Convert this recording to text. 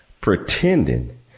pretending